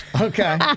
Okay